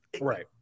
right